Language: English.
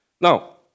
Now